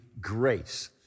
grace